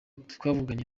twavuganye